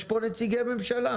יש פה נציגי ממשלה.